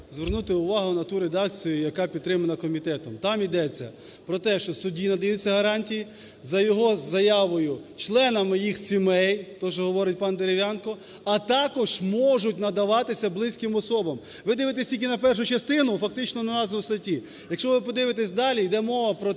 звернути увагу на ту редакцію, яка підтримана комітетом. Там ідеться про те, що судді надаються гарантії. За його заявою – членам їх сімей (то, що говорить пан Дерев'янко), а також можуть надаватися близьким особам. Ви дивитесь тільки на першу частину, фактично на назву статті. Якщо ви подивитесь далі, йде мова про те,